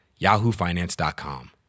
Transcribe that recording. yahoofinance.com